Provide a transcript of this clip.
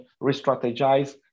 re-strategize